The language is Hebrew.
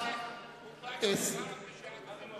לשנת 2010,